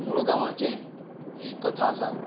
मूळ गांवाचे ही कथा आसा